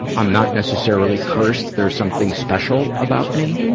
i'm not necessarily cursed. there's something special about me?